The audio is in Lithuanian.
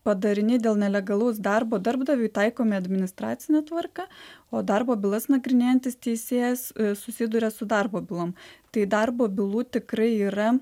padariniai dėl nelegalaus darbo darbdaviui taikomi administracine tvarka o darbo bylas nagrinėjantis teisėjas susiduria su darbo bylom tai darbo bylų tikrai yra